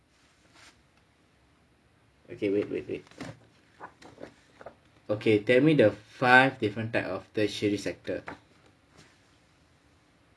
okay wait wait wait okay tell me the five different type of tertiary sector